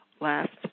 last